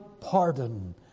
pardon